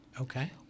Okay